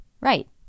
Right